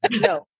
No